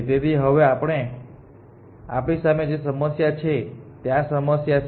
તેથી હવે આપણી સામે જે સમસ્યા છે તે આ સમસ્યા છે